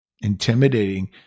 intimidating